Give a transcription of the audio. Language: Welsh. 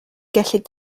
gellid